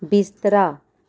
ਬਿਸਤਰਾ